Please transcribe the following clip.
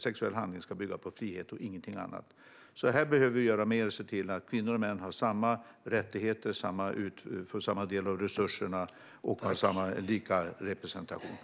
Sexuella handlingar ska bygga på frihet och ingenting annat. Här behöver vi göra mer för att se till att kvinnor och män har samma rättigheter, får lika stor del av resurserna och har lika representation.